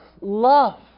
love